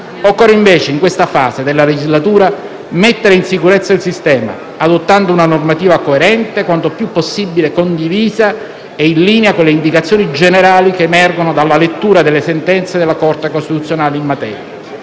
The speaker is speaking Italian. Occorre, invece, in questa fase della legislatura, mettere in sicurezza il sistema, adottando una normativa coerente, quanto più possibile condivisa e in linea con le indicazioni generali che emergono dalla lettura delle sentenze della Corte costituzionale in materia.